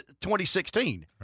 2016